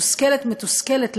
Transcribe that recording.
מתוסכלת,